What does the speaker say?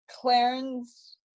clarence